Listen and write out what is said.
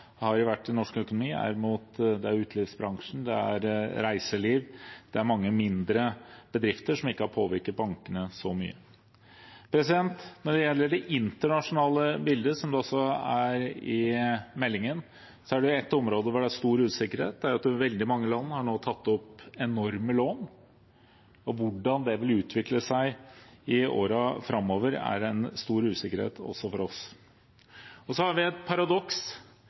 mange mindre bedrifter, som ikke har påvirket bankene så mye. Når det gjelder det internasjonale bildet, som det også står i meldingen, er det ett område hvor det er stor usikkerhet, og det er at veldig mange land nå har tatt opp enorme lån. Hvordan det vil utvikle seg i årene framover, er en stor usikkerhet også for oss. Så har vi et paradoks,